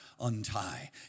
untie